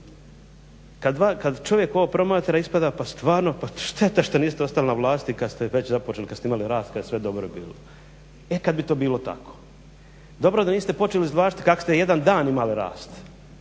kada čovjek ovo promatra ispada pa stvarno pa šteta što niste ostali na vlasti kada ste već započeli kada ste imali rast kada je sve dobro bilo. E kada bi to bilo tako. Dobro da niste počeli izvlačiti kako ste jedna dan imali rast